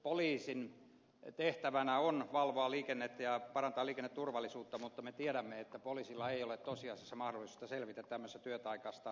poliisin tehtävänä on valvoa liikennettä ja parantaa liikenneturvallisuutta mutta me tiedämme että poliisilla ei ole tosiasiassa mahdollisuutta selvitä tämmöisestä työtaakasta